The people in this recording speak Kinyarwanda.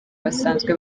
basanzwe